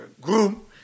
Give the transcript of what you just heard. groom